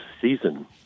season